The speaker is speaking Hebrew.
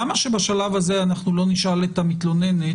למה שבשלב הזה אנחנו לא נשאל את המתלוננת,